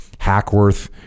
Hackworth